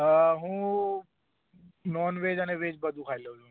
અ હું નોનવેજ અને વેજ બધું ખાઈ લઉં છું